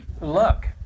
Look